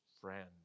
friend